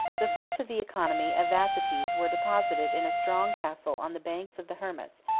the fruits of the economy of vataces were deposited in a strong castle on the banks of the hermus,